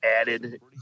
added